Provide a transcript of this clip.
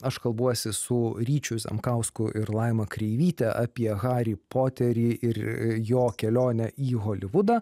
aš kalbuosi su ryčiu zemkausku ir laima kreivyte apie harį poterį ir jo kelionę į holivudą